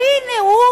אבל הנה הוא,